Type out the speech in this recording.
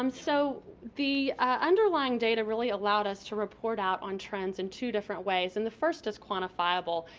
um so, the underlying data really allowed us to report out on trends in two different ways, and the first is quantifiable.